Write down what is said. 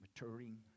maturing